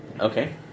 Okay